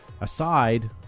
aside